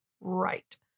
right